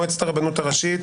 עכשיו מועצת הרבנות הראשית.